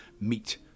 meet